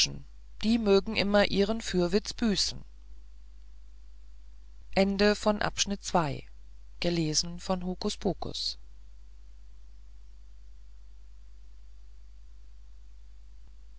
die mögen immer ihren fürwitz büßen